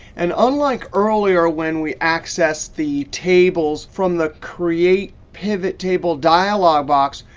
and unlike earlier when we accessed the tables from the create, pivot table dialogue box,